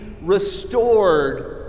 restored